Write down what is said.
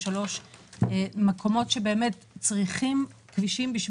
למשרד שאני מקווה שנוכל לגייס במהירות רבה